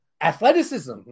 Athleticism